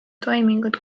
toimunud